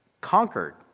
conquered